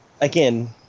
again